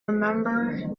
remember